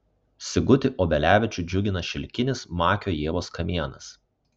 sigutį obelevičių džiugina šilkinis makio ievos kamienas